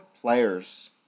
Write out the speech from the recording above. players